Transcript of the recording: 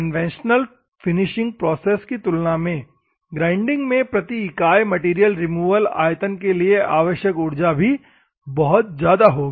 conventional finishing process की तुलना में ग्राइंडिंग में प्रति इकाई मैटेरियल रिमूवल आयतन के लिए आवश्यक ऊर्जा भी बहुत ज्यादा होगी